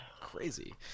Crazy